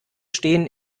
stehen